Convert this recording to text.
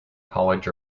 college